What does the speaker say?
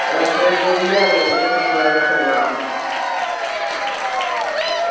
पैसे कोई ज्हार रपेआ लैंदे कोई इक्क कमरे दा